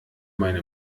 meine